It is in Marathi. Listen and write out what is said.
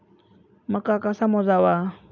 मका कसा मोजावा?